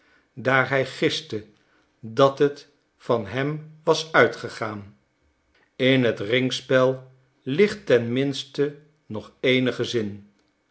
daar hij giste dat het van hem was uitgegaan in het ringspel ligt ten minste nog eenige zin